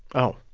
oh